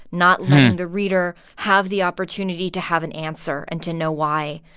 not letting the reader have the opportunity to have an answer and to know why.